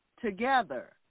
together